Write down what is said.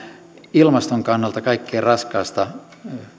ilmaston kannalta kaikkein raskaimmasta